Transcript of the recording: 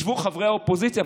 ישבו חברי האופוזיציה,